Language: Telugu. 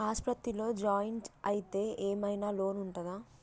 ఆస్పత్రి లో జాయిన్ అయితే ఏం ఐనా లోన్ ఉంటదా?